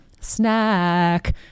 snack